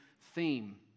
theme